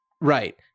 Right